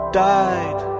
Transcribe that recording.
died